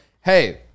Hey